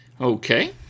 Okay